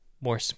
more